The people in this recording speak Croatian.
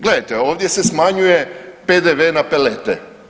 Gledajte ovdje se smanjuje PDV na pelete.